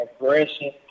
aggression